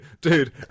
Dude